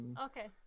Okay